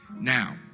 Now